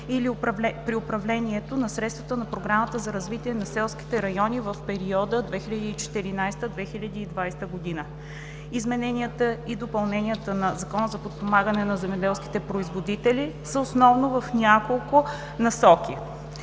развитие на селските райони в периода 2014 – 2020 г. Измененията и допълненията на Закона за подпомагане на земеделските поизводители са основно в няколко насоки: